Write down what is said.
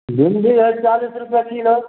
भिण्डी अहि चालिस रुपैआ किलो